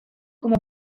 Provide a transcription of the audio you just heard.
como